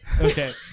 Okay